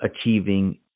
achieving